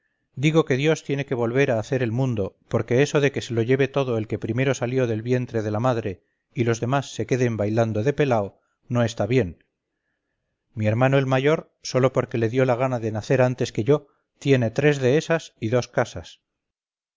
digo que dios tiene que volver a hacer el mundo porque eso de que se lo lleve todo el que primero salió del vientre de la madre y los demás se queden bailando el pelao no está bien mi hermano el mayor sólo porque le dio la gana de nacer antes que yo tiene tres dehesas y doscasas